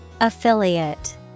Affiliate